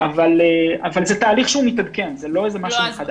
אבל זה תהליך שמתעדכן, זה לא משהו חדש.